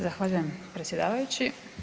Zahvaljujem predsjedavajući.